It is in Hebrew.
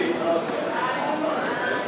כהצעת הוועדה,